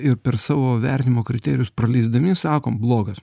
ir per savo vertinimo kriterijus praleisdami sakom blogas